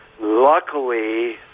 Luckily